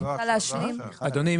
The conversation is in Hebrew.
אדוני,